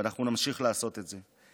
ואנחנו נמשיך לעשות את זה.